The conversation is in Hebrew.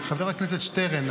חבר הכנסת שטרן,